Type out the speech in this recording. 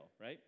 right